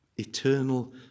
eternal